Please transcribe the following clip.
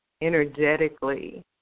energetically